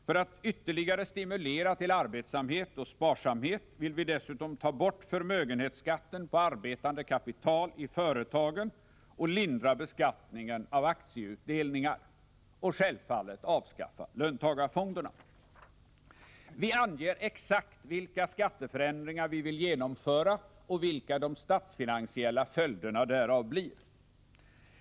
För att ytterligare stimulera till arbetsamhet och sparsamhet vill vi dessutom ta bort förmögenhetsskatten på arbetande kapital i företagen och lindra beskattningen av aktieutdelningar samt självfallet avskaffa löntagarfonderna. Vi anger exakt vilka skatteförändringar vi vill genomföra och vilka de statsfinansiella följderna därav blir.